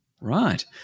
Right